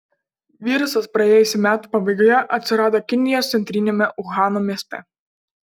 virusas praėjusių metų pabaigoje atsirado kinijos centriniame uhano mieste